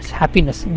happiness